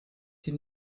die